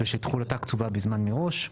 ושתחולתה קצובה בזמן מראש,